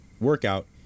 workout